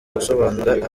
gusobanurira